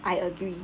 I agree